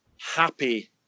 happy